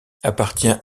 appartient